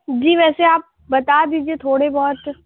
جی ویسے آپ بتا دیجیے تھوڑے بہت